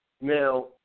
Now